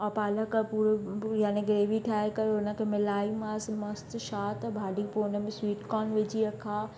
ऐं पालक पूरी यानि ग्रेवी ठाहे करे हुनखे मिलाई मासि मां त छा त भाॼी पोइ हुनमें स्वीट कोन विझी रखां